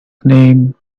name